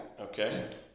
Okay